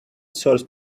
source